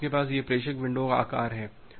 तो आपके पास यह प्रेषक विंडो का आकार है